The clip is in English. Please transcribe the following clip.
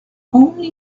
only